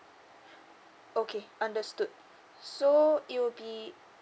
okay understood so it will be